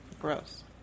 Gross